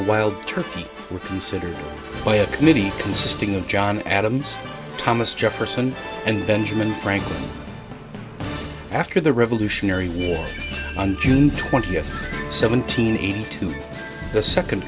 wild turkey were considered by a committee consisting of john adams thomas jefferson and benjamin franklin after the revolutionary war on june twentieth seventy eight to the second